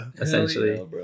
essentially